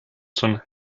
zum